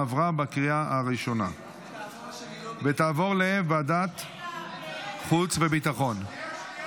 עברה בקריאה הראשונה ותעבור לוועדת חוץ וביטחון.